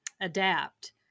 adapt